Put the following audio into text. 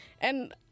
and-